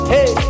Hey